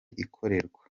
ikorerwa